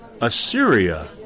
Assyria